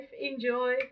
enjoy